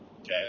Okay